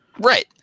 Right